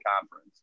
conference